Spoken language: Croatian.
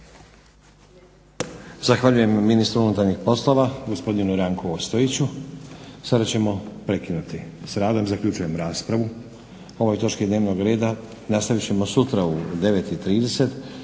Zahvaljujem ministru unutarnjih poslova gospodinu Ranku Ostojiću. Sada ćemo prekinuti s radom. Zaključujem raspravu o ovoj točki dnevnog reda. Nastavit ćemo sutra u 9,30